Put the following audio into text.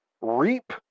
reap